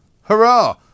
Hurrah